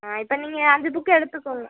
ஆ இப்போ நீங்கள் அஞ்சு புக்கு எடுத்துக்கோங்க